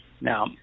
Now